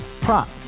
prop